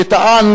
שטען,